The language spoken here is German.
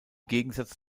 gegensatz